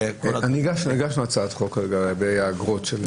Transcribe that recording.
הגשנו הצעת חוק באגרות.